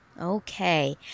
Okay